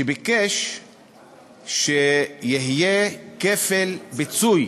שביקש שיהיה כפל פיצוי